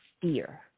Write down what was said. fear